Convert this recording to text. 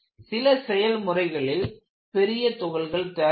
சில செயல்முறைகளில் பெரிய துகள்கள் தேவைப்படும்